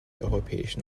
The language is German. europäischen